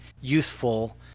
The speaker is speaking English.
useful